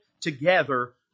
together